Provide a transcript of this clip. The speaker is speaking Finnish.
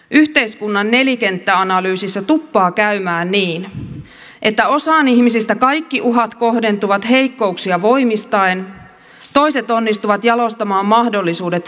yhteiskunnan nelikenttäanalyysissä tuppaa käymään niin että osaan ihmisistä kaikki uhat kohdentuvat heikkouksia voimistaen toiset onnistuvat jalostamaan mahdollisuudet vahvuuksiksi